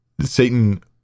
satan